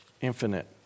Infinite